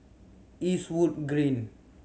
Eastwood Green